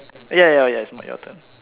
ya ya yes it's m~ your turn